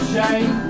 Shame